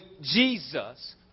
Jesus